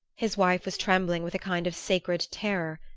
his wife was trembling with a kind of sacred terror.